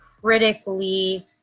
critically